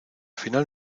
final